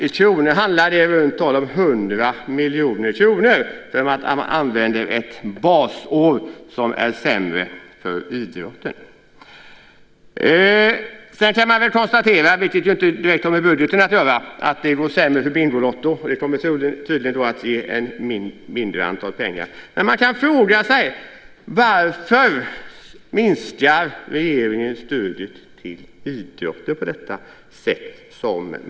I kronor handlar det om i runda tal 100 miljoner kronor för att man använder ett basår som är sämre för idrotten. Sedan kan man konstatera, vilket inte har direkt med budgeten att göra, att det går sämre för Bingolotto, vilket tydligen kommer att ge mindre pengar. Men man kan fråga: Varför minskar regeringen stödet till idrotten på detta sätt?